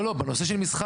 לא, לא, בנושא של מסחר.